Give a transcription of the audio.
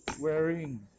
wearing